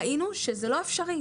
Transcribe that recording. ראינו שזה לא אפשרי.